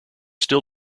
still